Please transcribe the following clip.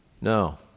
No